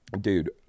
dude